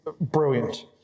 brilliant